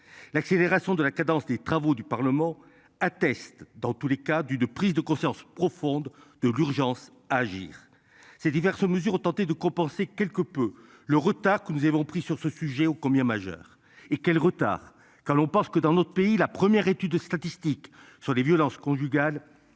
l'accélération de la cadence des travaux du Parlement attestent dans tous les cas du de prise de conscience profonde de l'urgence à agir. Ces diverses mesures ont tenté de compenser quelque peu le retard que nous avons pris sur ce sujet ô combien majeur et quel retard quand on pense que dans notre pays. La première étude statistique sur les violences conjugales.